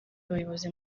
bayobozi